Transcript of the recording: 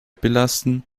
belasten